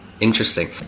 interesting